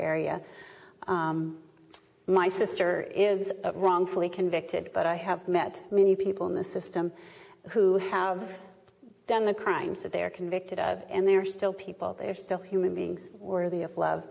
area my sister is wrongfully convicted but i have met many people in the system who have done the crimes that they are convicted and they are still people they are still human beings worthy of love